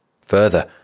Further